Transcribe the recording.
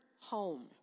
home